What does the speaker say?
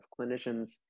clinicians